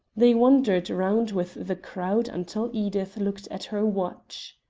they wandered round with the crowd until edith looked at her watch